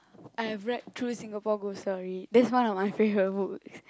I have read through Singapore ghost stories that's one of my favorite book